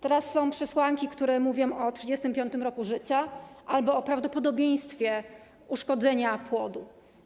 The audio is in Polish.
Teraz są przesłanki, które mówią o 35. roku życia albo o prawdopodobieństwie uszkodzenia płodu.